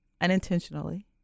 unintentionally